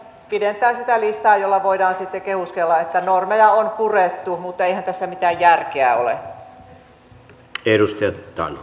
pidentää sitä listaa jolla voidaan sitten kehuskella että normeja on purettu mutta eihän tässä mitään järkeä ole arvoisa